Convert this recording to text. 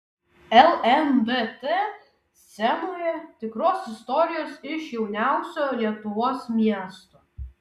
lndt scenoje tikros istorijos iš jauniausio lietuvos miesto